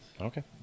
Okay